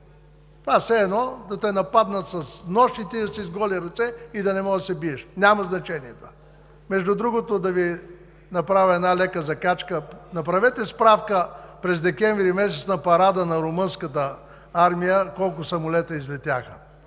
Това е все едно да те нападнат с нож и ти да си с голи ръце и да не можеш да се биеш – няма значение това. Между другото да Ви направя една лека закачка. Направете справка през месец декември на парада на румънската армия колко самолета излетяха?!